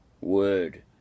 word